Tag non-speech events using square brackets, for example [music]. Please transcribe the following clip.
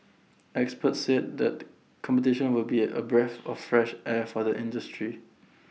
experts said that competition will be A a breath [noise] of fresh air for the industry